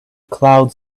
cloud